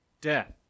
death